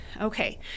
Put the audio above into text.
Okay